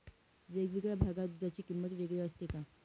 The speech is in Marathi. वेगवेगळ्या भागात दूधाची किंमत वेगळी असते का?